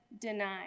denied